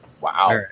Wow